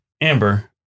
amber